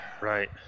right